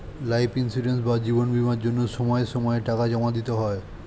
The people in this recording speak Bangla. লাইফ ইন্সিওরেন্স বা জীবন বীমার জন্য সময় সময়ে টাকা জমা দিতে হয়